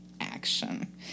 action